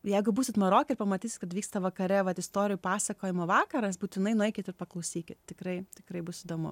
jeigu būsit maroke ir pamatysit kad vyksta vakare vat istorijų pasakojimo vakaras būtinai nueikit ir paklausykit tikrai tikrai bus įdomu